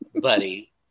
buddy